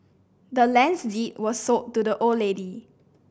the land's deed was sold to the old lady